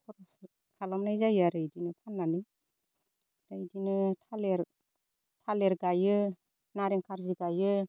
खरसा खालामनाय जायो आरो इदिनो फाननानै ओमफ्राय इदिनो थालिर थालिर गायो नारें कार्जि गायो